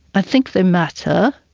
i think they matter,